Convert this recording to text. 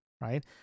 right